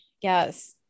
yes